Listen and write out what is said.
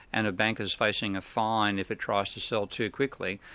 and a bank is facing a fine if it tries to sell too quickly,